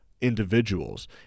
individuals